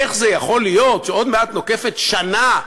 איך זה יכול להיות שעוד מעט נוקפת שנה,